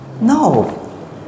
No